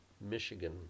Michigan